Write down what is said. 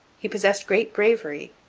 he possessed great bravery.